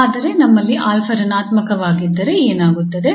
ಆದರೆ ನಮ್ಮಲ್ಲಿ 𝑎 ಋಣಾತ್ಮಕವಾಗಿದ್ದರೆ ಏನಾಗುತ್ತದೆ